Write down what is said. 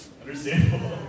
Understandable